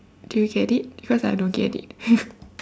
do you get it because I don't get it